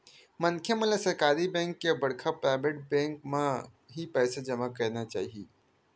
मनखे मन ल सरकारी बेंक या बड़का पराबेट बेंक म ही पइसा जमा करना चाही